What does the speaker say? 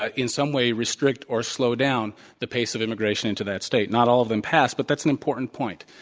ah in some way, restrict or slow down the pace of immigration into that state. not all of them passed, but that's an important point.